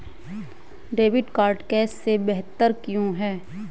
Debit card cash से बेहतर क्यों है?